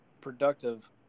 productive